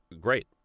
great